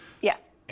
Yes